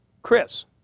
Chris